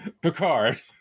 Picard